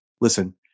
Listen